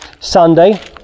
Sunday